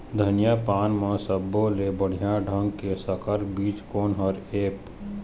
धनिया पान म सब्बो ले बढ़िया ढंग के संकर बीज कोन हर ऐप?